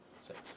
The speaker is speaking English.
Six